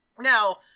Now